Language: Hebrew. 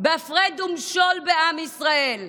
בהפרד ומשול בעם ישראל,